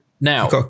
now